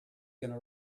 gonna